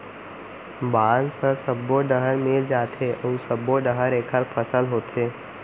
बांस ह सब्बो डहर मिल जाथे अउ सब्बो डहर एखर फसल होथे